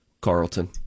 Carlton